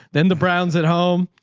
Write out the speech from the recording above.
then the browns at home,